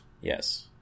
Yes